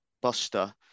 Buster